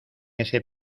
ese